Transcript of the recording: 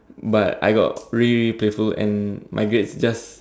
but I got really playful and my grades just